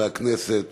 חברי הכנסת,